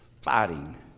fighting